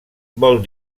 vol